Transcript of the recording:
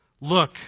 Look